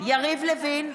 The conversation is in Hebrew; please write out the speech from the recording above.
יריב לוין,